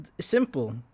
simple